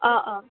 অঁ অঁ